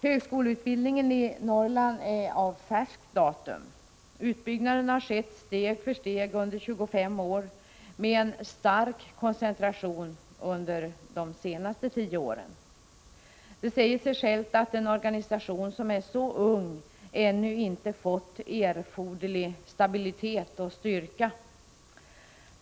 Högskoleutbildningen i Norrland är av färskt datum. Utbyggnaden har skett steg för steg under 25 år, med en stark koncentration under de senaste tio åren. Det säger sig självt att en organisation som är så ung ännu inte fått erforderlig stabilitet och styrka.